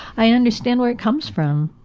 i understand where it comes from.